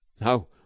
no